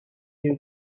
you